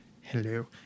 Hello